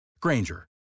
Granger